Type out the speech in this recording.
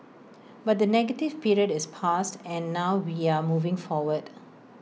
but the negative period is past and now we are moving forward